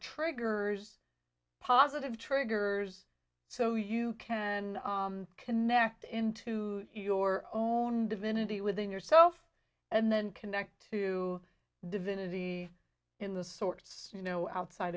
triggers positive triggers so you can connect into your own divinity within yourself and then connect to divinity in the sorts you know outside